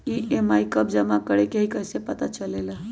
EMI कव जमा करेके हई कैसे पता चलेला?